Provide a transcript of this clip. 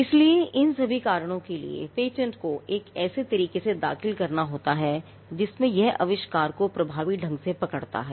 इसलिए इन सभी कारणों के लिए पेटेंट को एक ऐसे तरीके से दाखिल करना होता है जिसमें यह आविष्कार को प्रभावी ढंग से पकड़ता है